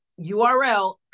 URL